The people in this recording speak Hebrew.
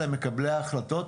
למקבלי ההחלטות.